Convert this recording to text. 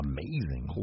Amazing